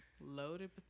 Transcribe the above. Loaded